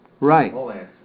Right